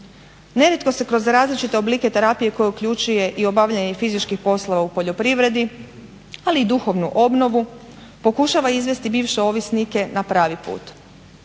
Nerijetko se kroz različite oblike terapije koja uključuje i obavljanje fizičkih poslova u poljoprivredi, ali i duhovnu obnovu pokušava izvesti bivše ovisnike na pravi put.